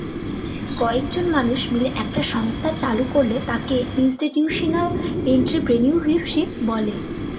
কয়েকজন মানুষ মিলে একটা সংস্থা চালু করলে তাকে ইনস্টিটিউশনাল এন্ট্রিপ্রেনিউরশিপ বলে